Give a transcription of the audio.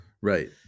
right